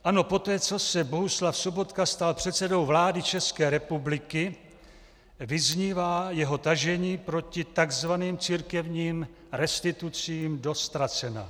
Ano, poté co se Bohuslav Sobotka stal předsedou vlády České republiky, vyznívá jeho tažení proti takzvaným církevním restitucím do ztracena.